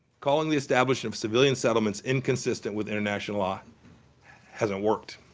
calling the establishment of civilian settlements inconsistent with international law hasn't worked.